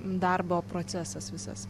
darbo procesas visas